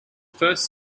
first